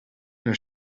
they